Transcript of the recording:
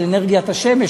של אנרגיית השמש,